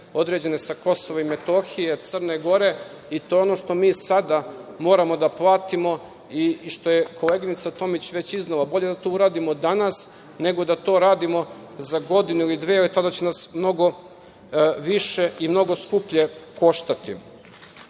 određene sa Kosova i Metohije, Crne Gore. To je ono što mi sada moramo da platimo i što je koleginica Tomić već iznela, bolje da to uradimo danas, nego da to radimo za godinu ili dve, ali tada će nas mnogo više i mnogo skuplje koštati. Hteo